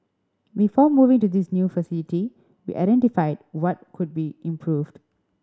before moving to this new facility we identified what could be improved